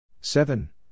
seven